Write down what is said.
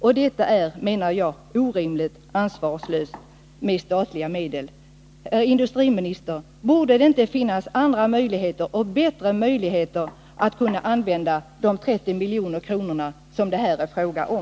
Jag anser att detta är orimligt och ett ansvarslöst sätt att handskas med statliga medel. Herr industriminister! Borde det inte finnas andra och bättre möjligheter att använda de 30 milj.kr. som det här är fråga om?